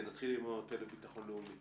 ונתחיל עם המטה לביטחון לאומי.